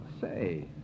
Say